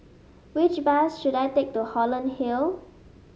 which bus should I take to Holland Hill